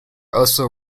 also